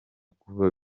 kuba